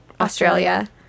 Australia